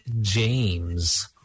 James